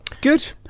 good